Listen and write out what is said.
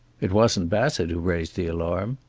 it wasn't bassett who raised the alarm?